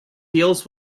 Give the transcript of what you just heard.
deals